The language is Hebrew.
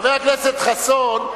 חבר הכנסת חסון,